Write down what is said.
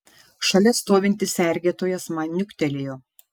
šalia stovintis sergėtojas man niuktelėjo